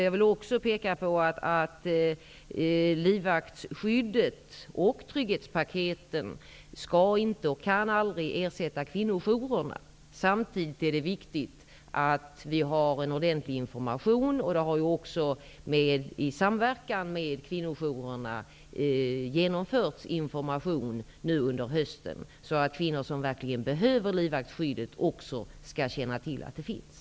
Jag vill också peka på att livvaktsskyddet och trygghetspaketen inte skall, och aldrig kan, ersätta kvinnojourerna. Samtidigt är det viktigt att vi har en ordentlig information. Det har också i samverkan med kvinnojourerna genomförts information under hösten, så att kvinnor som verkligen behöver livvaktsskyddet också skall känna till att det finns.